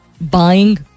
buying